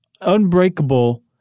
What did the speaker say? unbreakable